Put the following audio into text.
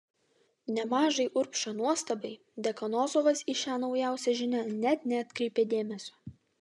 nemažai urbšio nuostabai dekanozovas į šią naujausią žinią net neatkreipė dėmesio